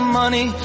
money